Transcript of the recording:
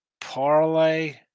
Parlay